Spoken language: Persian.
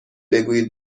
بگویید